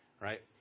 right